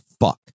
fuck